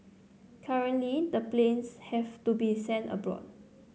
currently the planes have to be sent abroad